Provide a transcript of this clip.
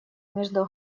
между